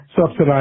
subsidize